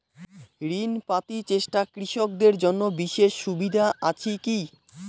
ঋণ পাতি চেষ্টা কৃষকদের জন্য বিশেষ সুবিধা আছি কি?